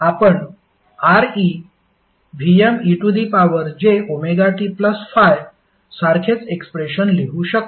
आपण ReVmejωt∅ सारखेच एक्सप्रेशन लिहू शकतो